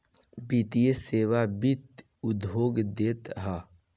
वित्तीय सेवा वित्त उद्योग देत हअ